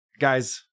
Guys